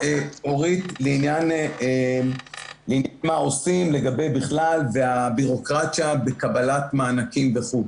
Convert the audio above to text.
שאלה אורית לעניין מה עושים לגבי בכלל הביורוקרטיה בקבלת מענקים וכו'.